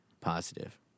positive